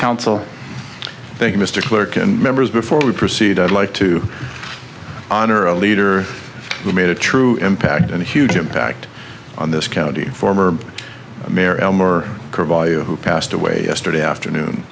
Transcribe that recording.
council thank mr clerk and members before we proceed i'd like to honor a leader who made a true impact and huge impact on this county former mayor elmer provider who passed away yesterday afternoon